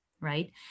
right